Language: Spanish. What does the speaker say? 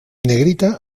negrita